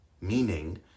Meaning